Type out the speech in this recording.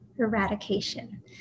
eradication